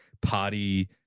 party